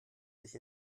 sich